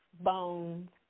bones